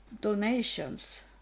donations